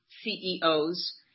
CEOs